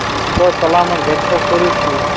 چھُو حظ سَلامَت گَرِ چھِ حظ سٲری ٹھیٖک